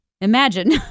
Imagine